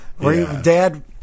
Dad